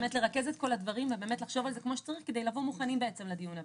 נרכז את כל הדברים ולחשוב על זה כמו שצריך כדי לבוא מוכנים לדיון הבא.